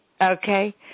okay